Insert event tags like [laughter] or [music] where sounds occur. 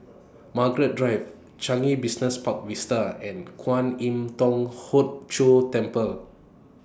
[noise] Margaret Drive Changi Business Park Vista and Kwan Im Thong Hood Cho Temple